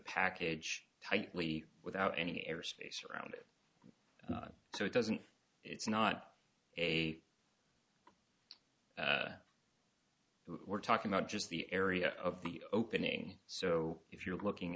package tightly without any airspace around it so it doesn't it's not a we're talking about just the area of the opening so if you're looking